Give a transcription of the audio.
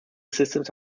systems